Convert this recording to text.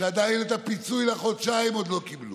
שעדיין את הפיצוי לחודשיים לא קיבלו?